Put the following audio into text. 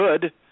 good